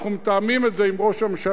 אנחנו מתאמים את זה עם ראש הממשלה,